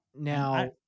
Now